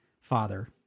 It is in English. father